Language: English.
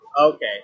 Okay